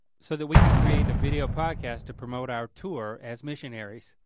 so that we could create a video podcast to promote our tour as missionaries.